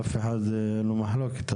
אף אחד אין לו מחלוקת.